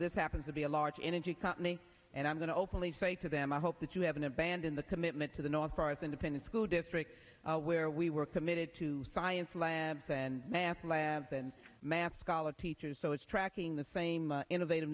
this happens to be a large energy company and i'm going to hopefully say to them i hope that you haven't abandoned the commitment to the north or as independent school district where we were committed to science labs and math labs and math scholar teachers so it's tracking the same innovative